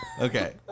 Okay